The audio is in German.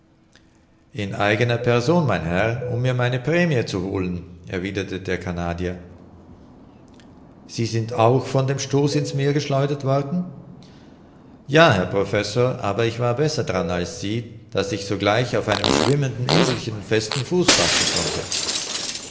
in eigener person mein herr um mir meine prämie zu holen erwiderte der canadier sie sind auch von dem stoß in's meer geschleudert worden ja herr professor aber ich war besser d'ran als sie daß ich sogleich auf einem schwimmenden inselchen festen fuß fassen konnte